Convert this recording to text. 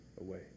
away